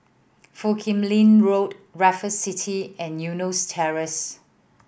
Foo Kim Lin Road Raffles City and Eunos Terrace